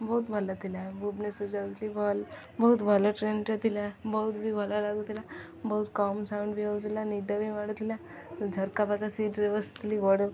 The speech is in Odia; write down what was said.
ବହୁତ ଭଲ ଥିଲା ଭୁବନେଶ୍ୱର ଯାଉଥିଲି ଭଲ ବହୁତ ଭଲ ଟ୍ରେନଟେ ଥିଲା ବହୁତ ବି ଭଲ ଲାଗୁଥିଲା ବହୁତ କମ୍ ସାଉଣ୍ଡ ବି ହଉଥିଲା ନିଦ ବି ମାଡ଼ୁଥିଲା ଝରକା ପାଖ ସିଟ୍ରେ ବସିଥିଲି ବଡ଼